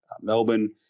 Melbourne